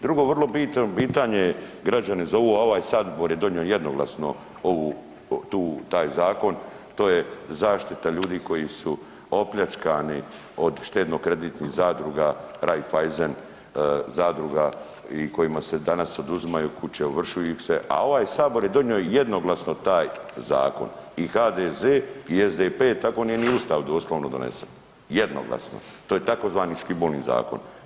Drugo vrlo bitno pitanje je građani zovu, a ovaj Sabor je donio jednoglasno taj zakon to je zaštita ljudi koji su opljačkani od štedno-kreditnih zadruga Raiffeisen zadruga i kojima se danas oduzimaju kuće, ovršuje ih se, a ovaj Sabor je donio jednoglasno taj zakon i HDZ i SDP tako nije ni Ustav doslovno donesen, jednoglasno, to je tzv. Škibolin zakon.